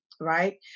right